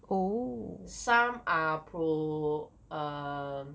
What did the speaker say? some are pro~ um